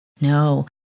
No